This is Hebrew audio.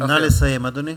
נא לסיים, אדוני.